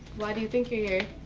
why do you think you're here?